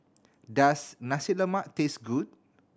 does Nasi Lemak taste good